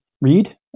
read